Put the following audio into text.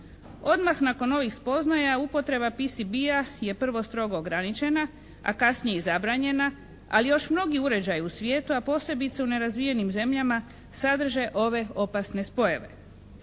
Odmah nakon ovih spoznaja upotreba PCB-a je prvo strogo ograničena, a kasnije i zabranjena, ali još mnogi uređaji u svijetu, a posebice u nerazvijenim zemljama sadrže ove opasne spojeve.